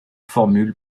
formule